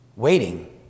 Waiting